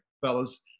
fellas